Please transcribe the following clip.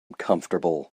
comfortable